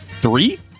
three